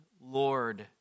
Lord